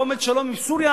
לא עומד שלום עם סוריה,